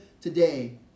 today